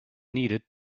needed